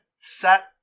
set